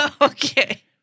Okay